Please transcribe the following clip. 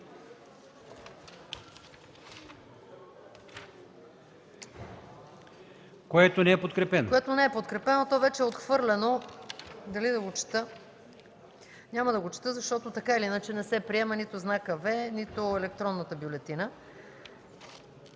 което не е подкрепено